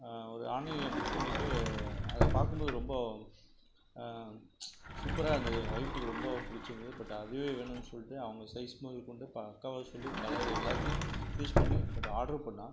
ஒரு ஆன்லைனில் புக் பண்ணிவிட்டு அதை பார்க்கும்போது ரொம்ப சூப்பராக இருந்தது என் ஒய்ஃபுக்கு ரொம்ப பிடிச்சிருந்தது பட் அதுவே வேணும்னு சொல்லிட்டு அவங்க சைஸ் முதக்கொண்டு பக்காவாக சொல்லி கலர் எல்லாத்தையும் சூஸ் பண்ணி பட் ஆடர் பண்ணே